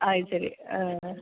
അത് ശരി